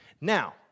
Now